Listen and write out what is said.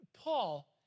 Paul